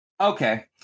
Okay